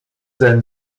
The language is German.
sein